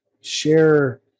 share